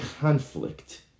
conflict